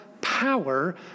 power